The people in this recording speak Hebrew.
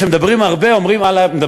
הם מדברים הרבה על הר-הבית,